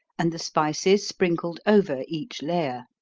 and the spices sprinkled over each layer.